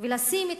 ולשים את